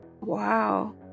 Wow